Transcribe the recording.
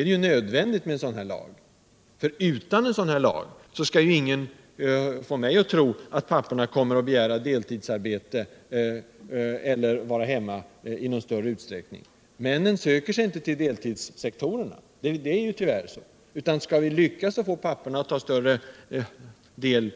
är det nödvändigt med en sådan här lag. Ingen kan få mig att tro. att papporna i någon större utsträckning utan en sådan här lag kommer att begära deltid eller att vara hemma. Männen söker sig inte till deltidssektorerna — det är ty värr så. Skall vi lyckas med att få papporna att ta större det